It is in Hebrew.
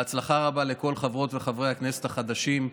בהצלחה רבה לכל חברות וחברי הכנסת החדשים,